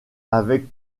avec